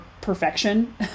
perfection